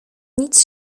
nic